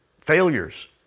failures